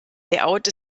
layout